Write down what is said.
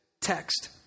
text